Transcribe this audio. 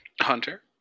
Hunter